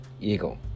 eagle